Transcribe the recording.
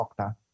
Okta